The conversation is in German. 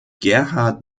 gerhard